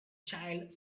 child